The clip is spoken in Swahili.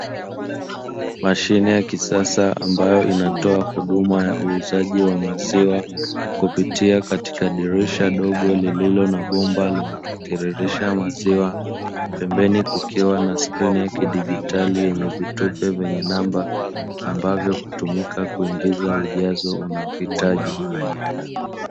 Mashine ya kisasa ambayo inatoa huduma ya uuzaji wa maziwa kupitia katika dirisha dogo lililo na bomba linalotirisisha maziwa, pembeni kukiwa na Skrini ya kidigitali yenye vitufe vyenye namba ambavyo hutumika kuingiza ujazo unaohitaji.